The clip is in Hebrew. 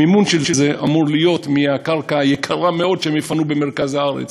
המימון של זה אמור להיות מהקרקע היקרה מאוד שהם יפנו במרכז הארץ.